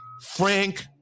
Frank